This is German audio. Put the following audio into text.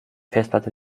festplatte